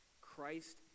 Christ